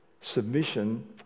Submission